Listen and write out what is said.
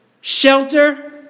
shelter